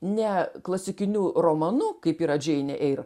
ne klasikiniu romanu kaip yra džeinė eir